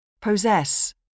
Possess